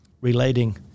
relating